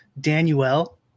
Daniel